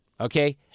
Okay